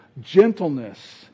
Gentleness